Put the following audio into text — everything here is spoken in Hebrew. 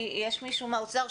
יש מישהו מהאוצר?